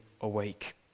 awake